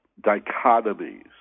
dichotomies